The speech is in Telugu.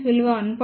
3 కి సమానం